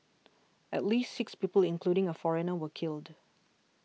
at least six people including a foreigner were killed